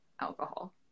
alcohol